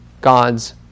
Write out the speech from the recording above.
God's